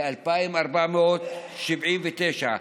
ל-2,479,